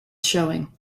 showing